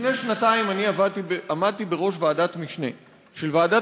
לפני שנתיים אני עמדתי בראש ועדת משנה של ועדת